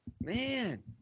man